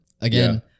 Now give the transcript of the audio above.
Again